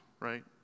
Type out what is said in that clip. right